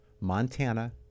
Montana